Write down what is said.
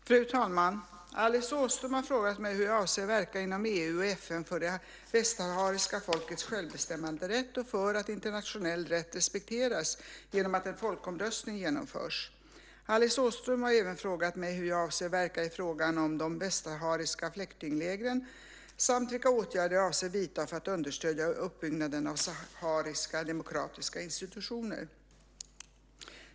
Fru talman! Alice Åström har frågat mig hur jag avser att verka inom EU och FN för det västsahariska folkets självbestämmanderätt och för att internationell rätt respekteras genom att en folkomröstning genomförs. Alice Åström har även frågat mig hur jag avser att verka i frågan om de västsahariska flyktinglägren samt vilka åtgärder jag avser att vidta för att understödja uppbyggnaden av sahariska demokratiska institutioner.